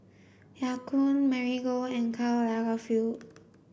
Ya Kun Marigold and Karl Lagerfeld